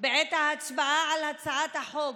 בעת ההצבעה על הצעת החוק,